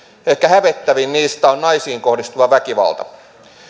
ehkä hävettävin niistä on naisiin kohdistuva väkivalta